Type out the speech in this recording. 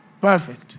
perfect